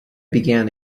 began